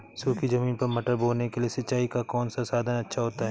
सूखी ज़मीन पर मटर बोने के लिए सिंचाई का कौन सा साधन अच्छा होता है?